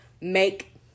make